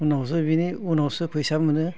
बिनि उनावसो फैसा मोनो